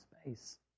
space